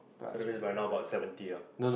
so that means by now about seventy ah